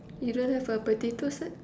you don't have a potato sack